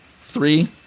three